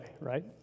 right